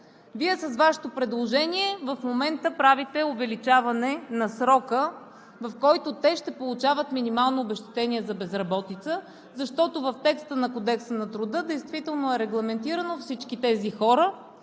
4. С Вашето предложение в момента Вие правите увеличаване на срока, в който те ще получават минимално обезщетение за безработица, защото в текста на Кодекса на труда действително е регламентирано всички тези хора